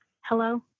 Hello